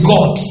God